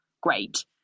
Great